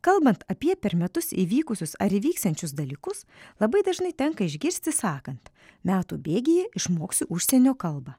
kalbant apie per metus įvykusius ar įvyksiančius dalykus labai dažnai tenka išgirsti sakant metų bėgyje išmoksiu užsienio kalbą